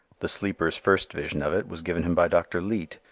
the sleeper's first vision of it was given him by dr. leete,